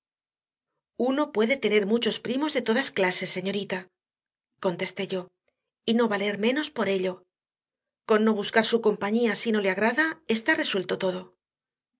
uno puede tener muchos primos de todas clases señorita contesté yo y no valer menos por ello con no buscar su compañía si no le agrada está resuelto todo